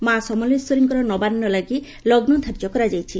ମା ସମଲେଶ୍ୱରୀଙ୍କ ନବାନ୍ ଲାଗି ଲଗୁ ଧାର୍ଯ୍ୟ କରାଯାଇଛି